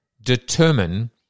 determine